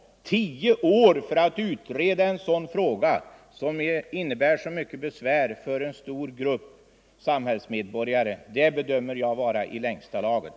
Tio år för att utreda någonting som innebär så mycket besvär för en stor grupp samhällsmedborgare bedömer jag vara i längsta laget.